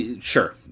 sure